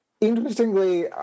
interestingly